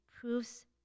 proves